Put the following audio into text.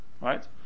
Right